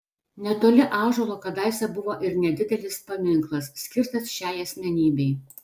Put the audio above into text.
netoli ąžuolo kadaise buvo ir nedidelis paminklas skirtas šiai asmenybei